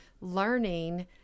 learning